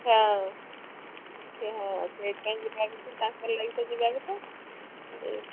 ହେଁ ସେ ହଁ ସେଇଥିପାଇଁ ଯିବା କଥା ତାଙ୍କରି ଲାଗି ତ ଯିବା କଥା ସେ